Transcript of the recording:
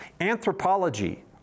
anthropology